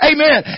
Amen